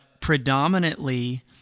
predominantly